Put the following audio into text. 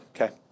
Okay